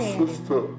sister